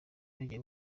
bagiye